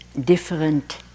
different